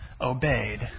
obeyed